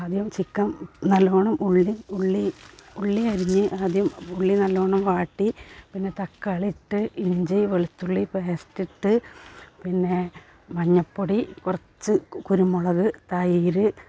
ആദ്യം ചിക്കൻ നല്ലവണ്ണം ഉള്ളി ഉള്ളി ഉള്ളി അരിഞ്ഞ് ആദ്യം ഉള്ളി നല്ലവണ്ണം വാട്ടി പിന്നെ തക്കാളി ഇട്ട് ഇഞ്ചി വെളുത്തുള്ളി പേസ്റ്റ് ഇട്ട് പിന്നെ മഞ്ഞപ്പൊടി കുറച്ച് കുരുമുളക് തൈര്